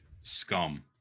Scum